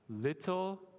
little